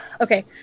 Okay